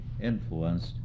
influenced